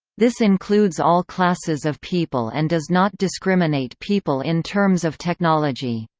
this includes all classes of people and does not discriminate people in terms of technology.